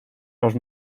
los